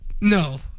No